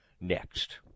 next